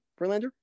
Verlander